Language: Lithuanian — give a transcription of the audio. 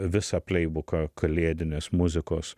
visą pleibuką kalėdinės muzikos